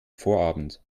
vorabend